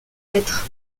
mètres